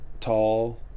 tall